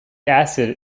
acid